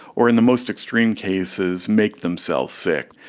or, in the most extreme cases, make themselves sick.